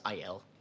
IL